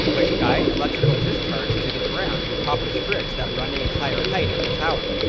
which guide electrical discharge to the ground through copper strips that run the entire height of the tower.